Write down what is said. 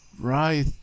right